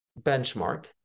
benchmark